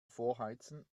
vorheizen